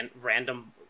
random